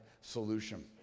solution